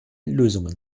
lösungen